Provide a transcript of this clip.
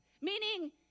meaning